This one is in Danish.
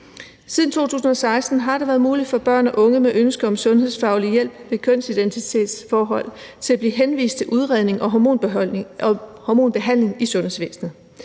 Siden 2016 har det været muligt for børn og unge med ønske om sundhedsfaglig hjælp ved kønsidentitetsforhold at blive henvist til udredning og hormonbehandling i sundhedsvæsenet.